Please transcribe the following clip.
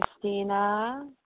Christina